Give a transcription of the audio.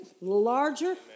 larger